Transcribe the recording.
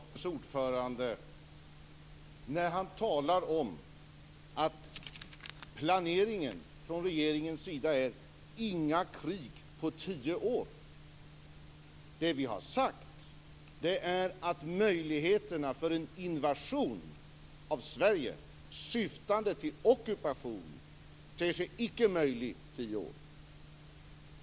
Herr talman! Det var en glidning från försvarsutskottets ordförande när han talar om att regeringens planering är: Inga krig på tio år. Vi har sagt att möjligheterna för en invasion av Sverige syftande till ockupation icke ter sig möjlig inom tio år.